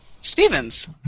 Stevens